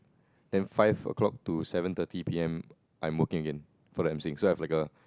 then five o'clock to seven thirty P_M I'm working again for the emceeing so I've a